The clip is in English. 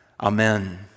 Amen